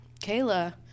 kayla